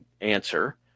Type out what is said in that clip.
answer